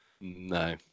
No